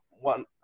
one